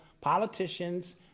politicians